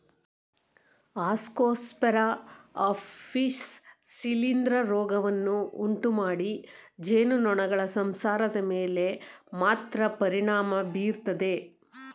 Ascosphaera apis ಶಿಲೀಂಧ್ರ ರೋಗವನ್ನು ಉಂಟುಮಾಡಿ ಜೇನುನೊಣಗಳ ಸಂಸಾರದ ಮೇಲೆ ಮಾತ್ರ ಪರಿಣಾಮ ಬೀರ್ತದೆ